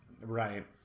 right